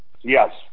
Yes